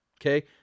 Okay